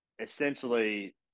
essentially